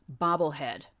bobblehead